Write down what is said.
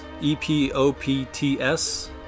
E-P-O-P-T-S